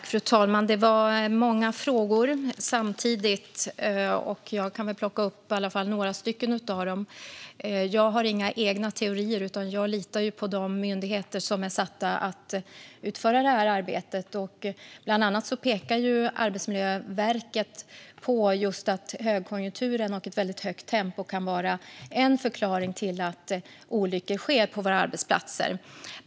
Fru talman! Det var många frågor samtidigt. Jag kan väl ta upp i alla fall några av dem. Jag har inga egna teorier, utan jag litar på de myndigheter som är satta att utföra det här arbetet. Bland annat pekar Arbetsmiljöverket på att just högkonjunkturen och ett väldigt högt tempo kan vara en förklaring till att olyckor sker på våra arbetsplatser.